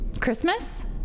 Christmas